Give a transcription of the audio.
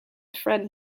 friend